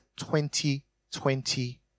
2020